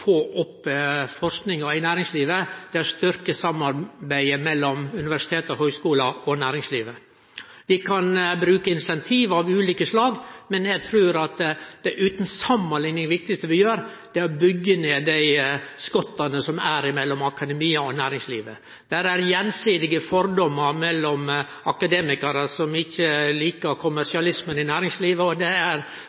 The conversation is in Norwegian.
få opp forskinga i næringslivet, er å styrke samarbeidet mellom universitet og høgskular og næringslivet. Vi kan bruke insentiv av ulike slag, men det utan samanlikning viktigaste vi gjer, er å bygge ned skotta mellom akademia og næringslivet. Der er gjensidige fordommar mellom akademikarar som ikkje likar